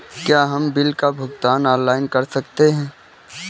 क्या हम बिल का भुगतान ऑनलाइन कर सकते हैं?